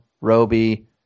Roby